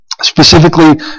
Specifically